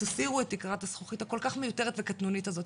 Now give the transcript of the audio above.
תסירו את תקרת הזכוכית הכול כך מיותרת וקטנונית הזאת.